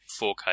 4k